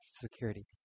security